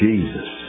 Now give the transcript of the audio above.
Jesus